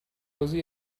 così